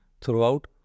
throughout